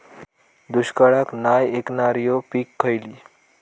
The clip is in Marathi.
दुष्काळाक नाय ऐकणार्यो पीका खयली?